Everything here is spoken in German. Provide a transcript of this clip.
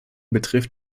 betrifft